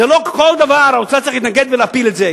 זה לא שבכל דבר האוצר צריך להתנגד וצריך להפיל את זה.